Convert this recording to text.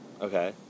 Okay